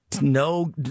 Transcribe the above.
no